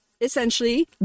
essentially